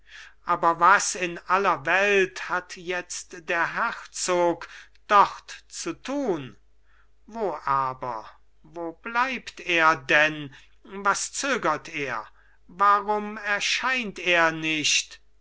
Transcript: aber was in aller welt hat jetzt der herzog dort zu tun wo aber wo bleibt er denn was zögert er warum erscheint er nicht